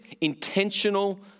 intentional